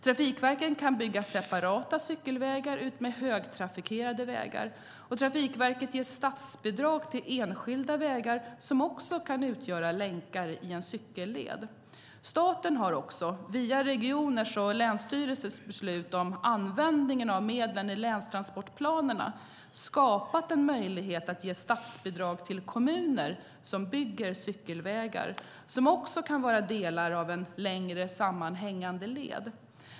Trafikverket kan bygga separata cykelvägar utmed högtrafikerade vägar. Trafikverket ger statsbidrag till enskilda vägar som också kan utgöra länkar i en cykelled. Staten har också, via regioners och länsstyrelsers beslut om användningen av medlen i länstransportplanerna, skapat en möjlighet att ge statsbidrag till kommuner som bygger cykelvägar som också kan vara delar av en längre sammanhängande led.